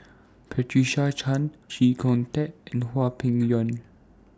Patricia Chan Chee Kong Tet and Hwang Peng Yuan